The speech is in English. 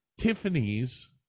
Tiffany's